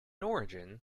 origin